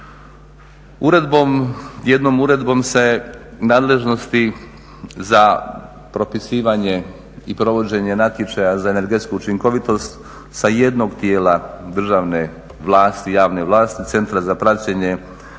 opravdana. Jednom uredbom se nadležnosti za propisivanje i provođenje natječaja za energetsku učinkovitost sa jednog tijela državne vlasti, javne vlasti, centra za praćenje